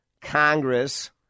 Congress